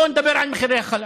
בואו נדבר על מחירי החלב.